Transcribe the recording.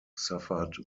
suffered